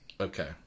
Okay